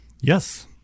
Yes